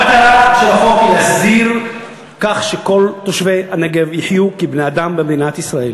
המטרה של החוק היא להסדיר כך שכל תושבי הנגב יחיו כבני-אדם במדינת ישראל